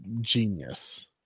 genius